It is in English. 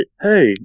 hey